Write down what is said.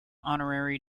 honorary